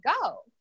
go